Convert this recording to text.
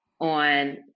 On